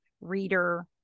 reader